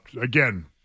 again